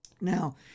Now